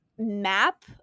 map